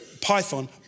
python